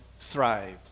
thrive